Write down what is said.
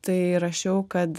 tai rašiau kad